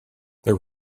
there